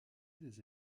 des